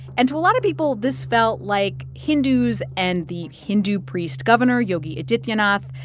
and to a lot of people this felt like hindus and the hindu priest governor, yogi adityanath,